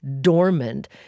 dormant